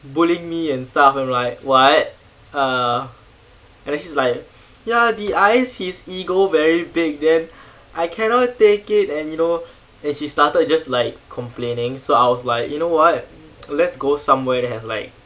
bullying me and stuff I'm like what uh and then she's like ya D_I his ego very big then I cannot take it and you know and she started just like complaining so I was like you know what let's go somewhere that has like